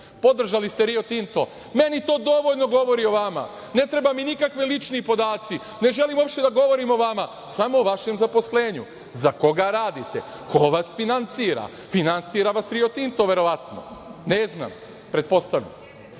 Podržali ste Rio Tinto. Menito dovoljno govori o vama. Ne trebaju mi nikakvi lični podaci. Ne želim uopšte da govorim o vama, samo o vašem zaposlenju. Za koga radite? Ko vas finansira? Finansira vas Rio Tinto, verovatno, ne znam, pretpostavljam. Zbog